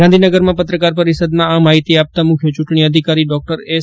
ગાંધીનગરમાં પત્રકાર પરિષદમાં આ માહિતી આપતાં મુખ્ય ચૂંટણી અધિકારી ડૉક્ટર એસ